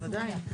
בוודאי.